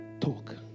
talk